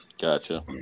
Gotcha